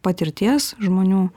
patirties žmonių